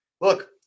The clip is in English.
look